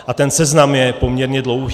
A ten seznam je poměrně dlouhý.